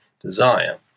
desire